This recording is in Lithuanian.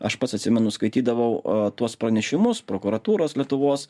aš pats atsimenu skaitydavau o tuos panešimus prokuratūros lietuvos